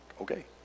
okay